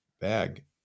bag